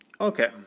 Okay